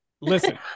Listen